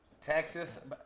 Texas